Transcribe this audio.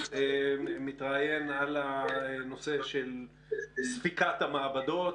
מתראיין על הנושא של ספיקת המעבדות,